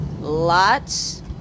lots